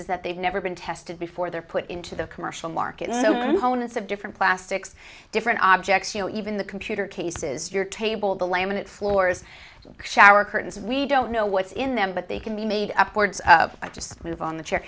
is that they've never been tested before they're put into the commercial market honus of different plastics different objects you know even the computer cases your table the laminate floors shower curtains we don't know what's in them but they can be made up words i just move on the chair